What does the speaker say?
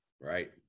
Right